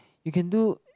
you can do